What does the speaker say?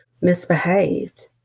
misbehaved